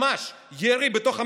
ממש ירי בתוך המצח.